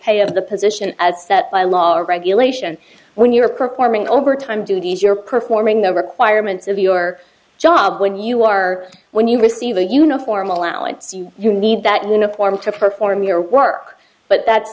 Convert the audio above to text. the position as set by law or regulation when you're performing overtime duties you're performing the requirements of your job when you are when you receive a uniform allowance you you need that uniform to perform your work but that's